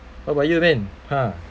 what about you min !huh!